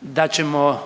da ćemo